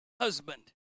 husband